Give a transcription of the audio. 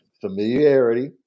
Familiarity